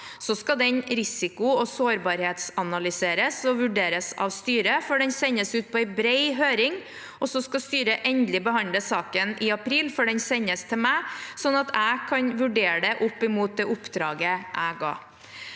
så skal den risiko- og sårbarhetsanalyseres og vurderes av styret før den sendes ut på en bred høring. Styret skal endelig behandle saken i april før den sendes til meg, slik at jeg kan vurdere dette opp mot det oppdraget jeg ga.